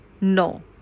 No